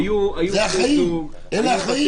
אלה החיים.